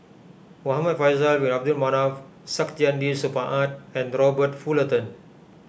Muhamad Faisal Bin Abdul Manap Saktiandi Supaat and Robert Fullerton